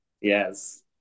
yes